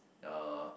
uh